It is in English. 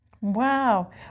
Wow